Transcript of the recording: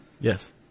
Yes